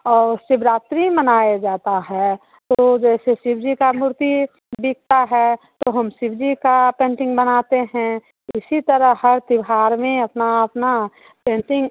और शिव रात्रि मनाया जाता है तो जैसे शिव जी का मूर्ति बिकता है तो हम शिव जी का पेंटिंग बनाते हैं इसी तरह हर त्योहार में अपना अपना पेंटिंग